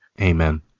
Amen